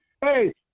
Hey